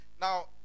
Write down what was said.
Now